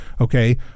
okay